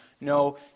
No